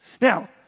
Now